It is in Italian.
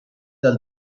dal